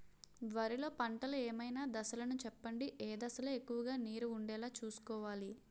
వరిలో పంటలు ఏమైన దశ లను చెప్పండి? ఏ దశ లొ ఎక్కువుగా నీరు వుండేలా చుస్కోవలి?